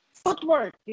footwork